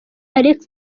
alex